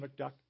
McDuck